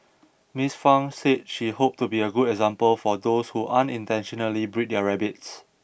Ms Fang said she hoped to be a good example for those who unintentionally breed their rabbits